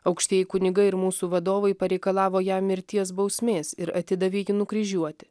aukštieji kunigai ir mūsų vadovai pareikalavo jam mirties bausmės ir atidavė nukryžiuoti